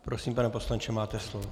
Prosím, pane poslanče, máte slovo.